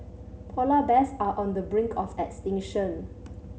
polar bears are on the brink of extinction